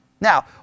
Now